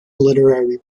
literary